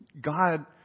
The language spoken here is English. God